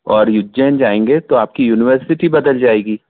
और उज्जैन जायेंगे तो आपकी यूनिवर्सिटी बदल जाएगी